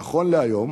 נכון להיום,